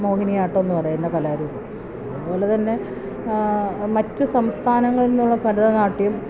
മോഹിനിയാട്ടമെന്ന് പറയുന്ന കലാരൂപം അതുപോലെ തന്നെ മറ്റ് സംസ്ഥാനങ്ങളില് നിന്നുള്ള ഭരതനാട്യം